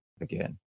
again